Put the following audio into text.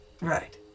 Right